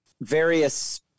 various